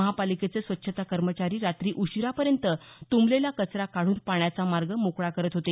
महापालिकेचे स्वच्छता कर्मचारी रात्री उशीरापर्यंत तुंबलेला कचरा काढून पाण्याचा मार्ग मोकळा करत होते